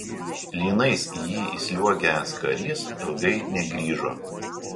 lynais į jį įsliuogęs karys ilgai negrįžo